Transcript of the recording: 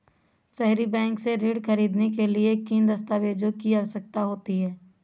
सहरी बैंक से ऋण ख़रीदने के लिए किन दस्तावेजों की आवश्यकता होती है?